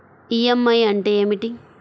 EMI అంటే ఏమిటి?